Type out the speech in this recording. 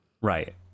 Right